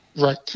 Right